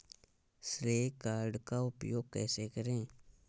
श्रेय कार्ड का उपयोग कैसे करें?